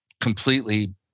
completely